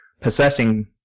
possessing